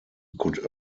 could